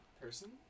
person